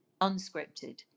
unscripted